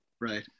right